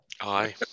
Aye